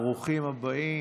ברוכים הבאים.